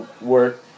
work